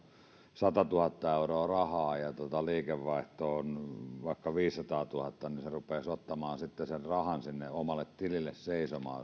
satatuhatta euroa rahaa ja liikevaihto on vaikka viisisataatuhatta niin se rupeaisi ottamaan sitten sen rahan sinne omalle tililleen seisomaan